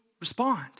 respond